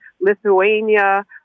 Lithuania